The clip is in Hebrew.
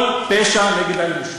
כל פשע נגד האנושות.